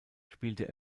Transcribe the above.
spielte